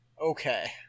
Okay